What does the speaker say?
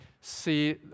see